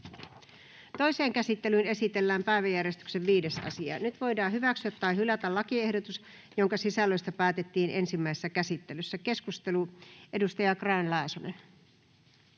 Toiseen käsittelyyn esitellään päiväjärjestyksen 5. asia. Nyt voidaan hyväksyä tai hylätä lakiehdotus, jonka sisällöstä päätettiin ensimmäisessä käsittelyssä. — Keskustelu, edustaja Grahn-Laasonen.